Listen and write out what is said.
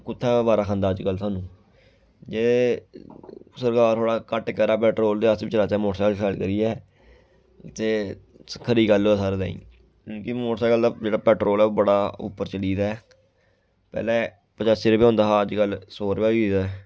कुत्थै बारा खंदा अज्जकल सानूं जे सरकार थोह्ड़ा घट्ट करै पेट्रोल ते अस बी चलाचै मोटरसैकल शैल करियै ते खरी गल्ल होऐ सारें ताईं क्योंकि मोटरसैकल दा जेह्ड़ा पेट्रोल ऐ ओह् बड़ा उप्पर चली गेदा ऐ पैह्लें पचासी रपेआ होंदा हा अज्जकल सौ रपेआ होई गेदा ऐ